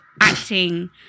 acting